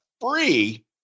free